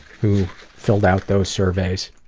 who filled out those surveys.